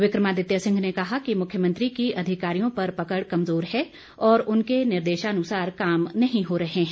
विक्रमादित्य सिंह ने कहा कि मुख्यमंत्री की अधिकारियों पर पकड़ कमजोर है और उनके निर्देशानुसार काम नहीं हो रहे हैं